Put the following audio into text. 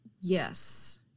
Yes